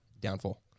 Downfall